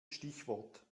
stichwort